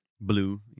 blue